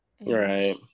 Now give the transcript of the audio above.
right